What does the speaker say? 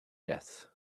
death